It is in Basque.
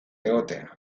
egotea